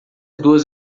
duas